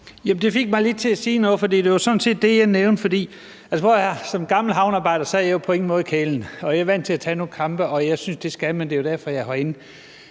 Det fik mig lige til at sige noget, for det var sådan set det, jeg nævnte. For altså, prøv at høre her, som gammel havnearbejder er jeg jo på ingen måde kælen, jeg er vant til at tage nogle kampe, og jeg synes, at det skal man. Det er jo derfor, jeg er herinde.